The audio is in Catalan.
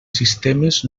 sistemes